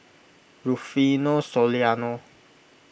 Rufino Soliano